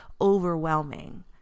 overwhelming